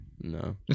No